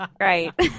Right